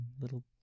little